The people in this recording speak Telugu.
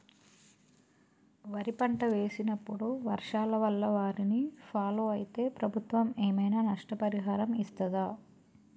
వరి పంట వేసినప్పుడు వర్షాల వల్ల వారిని ఫాలో అయితే ప్రభుత్వం ఏమైనా నష్టపరిహారం ఇస్తదా?